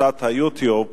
הכנסת ה-YouTube